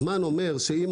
הזמן אומר שאם